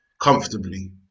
comfortably